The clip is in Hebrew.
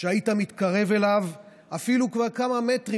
כשהיית מתקרב אליו אפילו כבר כמה מטרים,